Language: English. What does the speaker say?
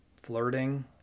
flirting